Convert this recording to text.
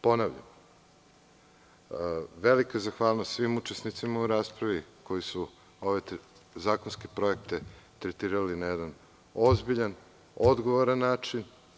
Ponavljam, velika zahvalnost svim učesnicima u raspravi koji su ove zakonske projekte tretirali na jedan ozbiljan, odgovoran način.